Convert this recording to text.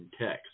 text